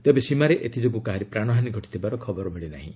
ତେବେ ସୀମାରେ ଏଥିଯୋଗୁଁ କାହାରି ପ୍ରାଣହାନୀ ଘଟିଥିବାର ଖବର ମିଳି ନାହିଁ